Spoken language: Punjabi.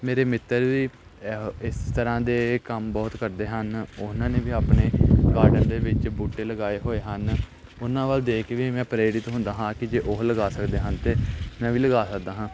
ਮੇਰੇ ਮਿੱਤਰ ਵੀ ਇਹੋ ਇਸ ਤਰ੍ਹਾਂ ਦੇ ਕੰਮ ਬਹੁਤ ਕਰਦੇ ਹਨ ਉਹਨਾਂ ਨੇ ਵੀ ਆਪਣੇ ਗਾਰਡਨ ਦੇ ਵਿੱਚ ਬੂਟੇ ਲਗਾਏ ਹੋਏ ਹਨ ਉਹਨਾਂ ਵੱਲ ਦੇਖ ਕੇ ਵੀ ਮੈਂ ਪ੍ਰੇਰਿਤ ਹੁੰਦਾ ਹਾਂ ਕਿ ਜੇ ਉਹ ਲਗਾ ਸਕਦੇ ਹਨ ਅਤੇ ਮੈਂ ਵੀ ਲਗਾ ਸਕਦਾ ਹਾਂ